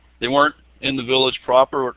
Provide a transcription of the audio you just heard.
they were in the village proper.